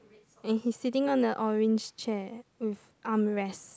and he's sitting down on a orange chair with armrest